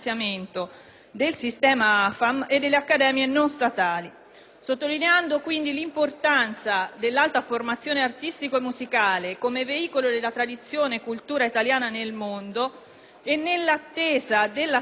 Sottolineando, quindi, l'importanza dell'alta formazione artistica e musicale, quale veicolo della tradizione e della cultura italiana nel mondo, e nell'attesa della statalizzazione delle accademie attualmente non statali,